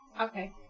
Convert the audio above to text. Okay